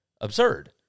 absurd